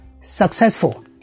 successful